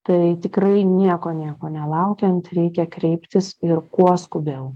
tai tikrai nieko nieko nelaukiant reikia kreiptis ir kuo skubiau